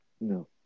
No